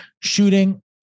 Shooting